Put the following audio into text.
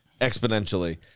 exponentially